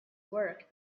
work